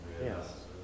yes